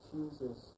Jesus